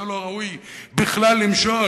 אתה לא ראוי בכלל למשול,